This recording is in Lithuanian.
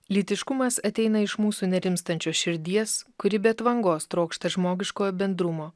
lytiškumas ateina iš mūsų nerimstančios širdies kuri be atvangos trokšta žmogiškojo bendrumo